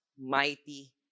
mighty